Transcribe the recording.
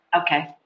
okay